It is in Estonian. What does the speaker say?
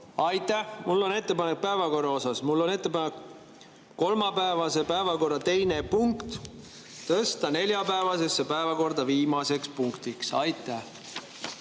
Aitäh! Mul on ettepanek päevakorra kohta. Mul on ettepanek kolmapäevase päevakorra teine punkt tõsta neljapäevasesse päevakorda viimaseks punktiks. Aitäh!